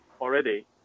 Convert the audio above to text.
already